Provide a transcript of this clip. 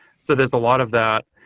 so there's a lot of that.